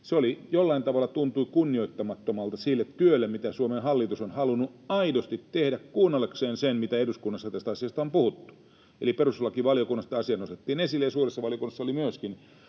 se jollain tavalla tuntui kunnioittamattomalta sille työlle, mitä Suomen hallitus on halunnut aidosti tehdä kuunnellakseen sen, mitä eduskunnassa tästä asiasta on puhuttu. Eli perustuslakivaliokunnassa tämä asia nostettiin esille, ja suuressa valiokunnassa oli myöskin